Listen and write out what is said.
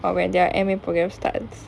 but when their uh M_A programme starts